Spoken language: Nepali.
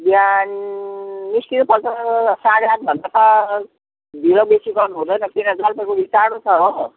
बिहान निस्किनुपर्छ साढे आठभन्दा त ढिलो बेसी गर्नु हुँदैन किन जलपाइगुडी टाढो छ हो